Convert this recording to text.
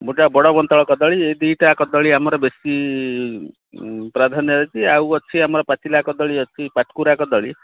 ଗୋଟା ବଡ଼ ବନ୍ତଳ କଦଳୀ ଏଇ ଦୁଇଟା କଦଳୀ ଆମର ବେଶୀ ପ୍ରାଧାନ୍ୟ ରହିଛି ଆଉ ଅଛି ଆମର ପାଚିଲା କଦଳୀ ଅଛି ପାଟକୁରା କଦଳୀ